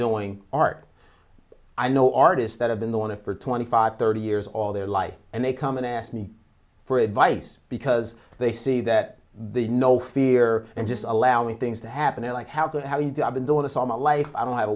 doing art i know artists that have been the one for twenty five thirty years all their life and they come and ask me for advice because they see that the no fear and just allowing things to happen i like how that how you do i've been doing this all my life i don't have a